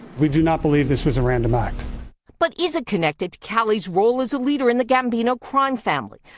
we do not believe this was a random act. reporter but is it connected to cali's role as a leader in the gambino crime family?